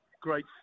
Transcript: great